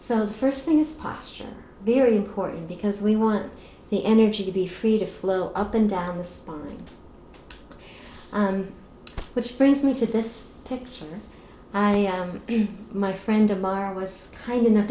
the first thing this posture very important because we want the energy to be free to flow up and down the spine which brings me to this picture i am my friend of mar was kind enough